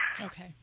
Okay